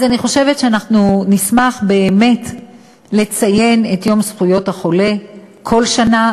אז אני חושבת שאנחנו נשמח לציין באמת את יום זכויות החולה כל שנה,